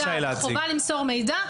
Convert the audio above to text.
חובה למסור מידע,